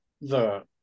the-